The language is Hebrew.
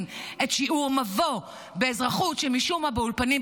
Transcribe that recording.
את שיעור מבוא באזרחות שמשום מה באולפנים,